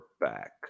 back